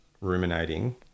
ruminating